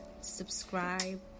subscribe